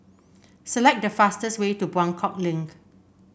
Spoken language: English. select the fastest way to Buangkok Link